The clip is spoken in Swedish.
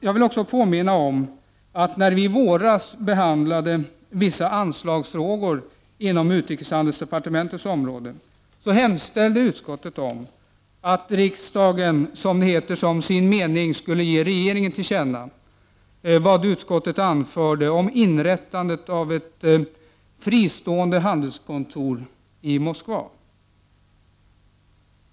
Jag vill också påminna om att utskottet, när vi i våras behandlade vissa anslagsfrågor inom utrikeshandelsdepartementets område, hemställde att riksdagen som sin mening skulle ge regeringen till känna vad utskottet anförde om inrättandet av ett fristående handelskontor i Moskva.